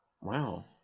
Wow